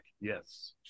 yes